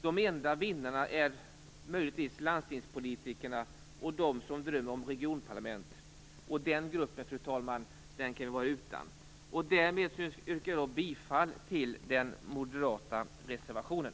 De enda vinnarna är möjligtvis landstingspolitikerna och de som drömmer regionparlament. Den gruppen, fru talman, kan vi vara utan. Därmed yrkar jag bifall till den moderata reservationen.